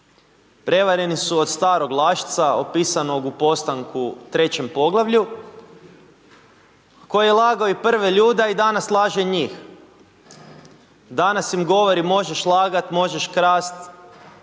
prevareni su od starog lašca opisanog u Postanku 3. poglavlju, koji je lagao i prve ljude, a i danas laže njih. Danas im govori možeš lagat, možeš krast,